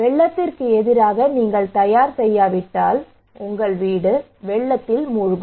வெள்ளத்திற்கு எதிராக நீங்கள் தயார் செய்யாவிட்டால் உங்கள் வீடு வெள்ளத்தில் மூழ்கும்